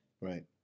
Right